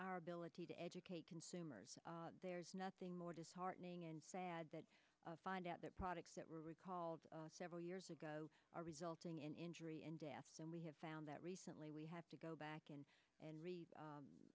our ability to educate consumers there is nothing more disheartening and sad that find out that products that were recalled several years ago are resulting in injury and death and we have found that recently we have to go back in and